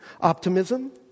optimism